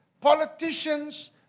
Politicians